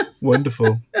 Wonderful